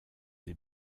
des